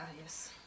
yes